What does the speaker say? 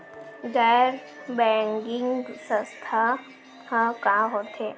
गैर बैंकिंग संस्था ह का होथे?